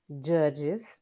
Judges